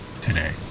today